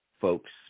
folks